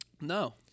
No